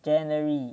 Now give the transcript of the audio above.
january